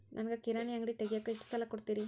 ನನಗ ಕಿರಾಣಿ ಅಂಗಡಿ ತಗಿಯಾಕ್ ಎಷ್ಟ ಸಾಲ ಕೊಡ್ತೇರಿ?